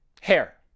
hair